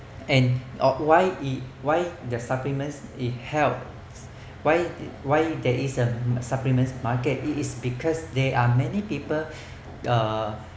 and why why the supplements it helps why it why there is a supplements market it is because there are many people uh